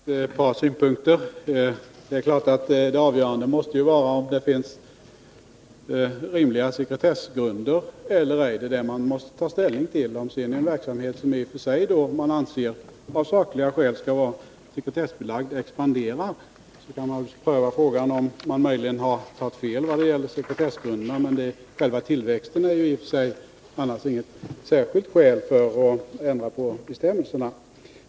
Nr 28 Herr talman! Bara ett par synpunkter. Onsdagen den Det är klart att det avgörande måste vara om det finns rimliga 19 november 1980 sekretessgrunder eller ej. Det är detta man måste ta ställning till. Om sedan en verksamhet som man av sakliga skäl anser skall vara sekretessbelagd Ändringar i sekexpanderar, kan man naturligtvis pröva frågan om man möjligen har tagit fel retesslagen vad gäller sekretessgrunderna, men själva tillväxten är annars inget särskilt skäl för att ändra på bestämmelserna.